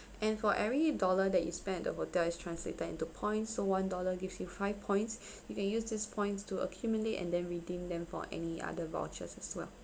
and for every dollar that you spent at the hotel is translated into points so one dollar gives you five points you can use these points to accumulate and then redeem them for any other vouchers as well